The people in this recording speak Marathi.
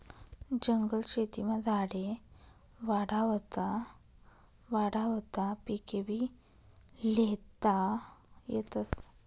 जंगल शेतीमा झाडे वाढावता वाढावता पिकेभी ल्हेता येतस